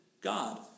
God